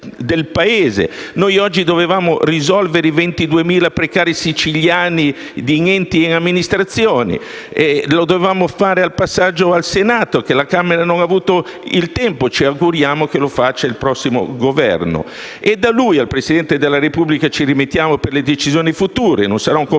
Noi oggi dovevamo risolvere il problema dei 22.000 precari siciliani di enti e amministrazioni; dovevamo farlo nel corso del passaggio al Senato, perché la Camera non ne ha avuto il tempo. Ci auguriamo che lo faccia il prossimo Governo. A lui, cioè al Presidente della Repubblica, ci rimettiamo per le decisioni future. Non sarà un compito